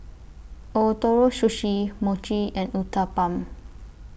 Ootoro Sushi Mochi and Uthapam